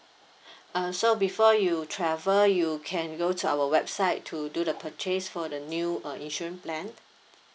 uh so before you travel you can go to our website to do the purchase for the new uh insurance plan